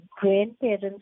grandparents